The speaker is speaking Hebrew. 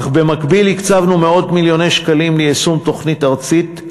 אך במקביל הקצבנו מאות מיליוני שקלים ליישום תוכנית ארצית,